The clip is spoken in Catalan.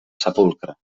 sepulcre